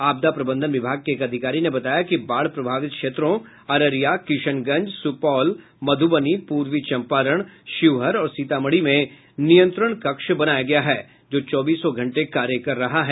आपदा प्रबंधन विभाग के एक अधिकारी ने बताया कि बाढ़ प्रभावित क्षेत्रों अररिया किशनगंज सुपौल मधुबनी पूर्वी चम्पारण शिवहर और सीतामढ़ी में नियंत्रण कक्ष बनाया गया है जो चौबीस घंटे कार्य कर रहा है